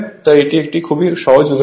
তাই এটি একটি খুবই সহজ উদাহরণ